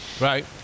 right